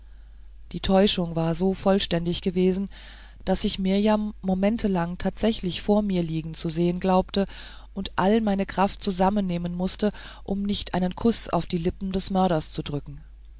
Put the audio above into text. die täuschung war so vollständig gewesen daß ich mirjam momentelang tatsächlich vor mir liegen zu sehen glaubte und alle meine kraft zusammennehmen mußte um nicht einen kuß auf die lippen des mörders zu drücken